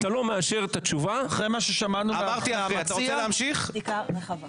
אתה לא מאשר את התשובה --- אתה רוצה להמשיך את הדיון הזה?